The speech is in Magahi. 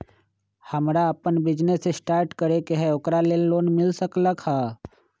हमरा अपन बिजनेस स्टार्ट करे के है ओकरा लेल लोन मिल सकलक ह?